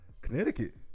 Connecticut